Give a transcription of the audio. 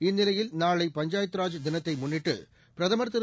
இந்நிலையில் நாளை பஞ்சாயத்து ராஜ் தினத்தை முன்னிட்டு பிரதமர் திரு